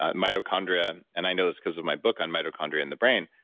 ah mitochondria and i know this because of my book on mitochondria in the brain.